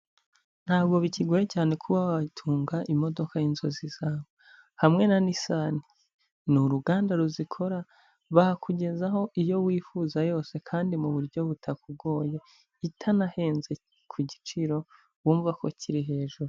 Ntabwo bikigoye cyane kuba watunga imodoka y'inzozi zawe, hamwe na Nisani, ni uruganda ruzikora bakugezaho iyo wifuza yose kandi mu buryo butakugoye, itanahenze ku giciro wumva ko kiri hejuru.